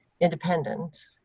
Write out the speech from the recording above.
independent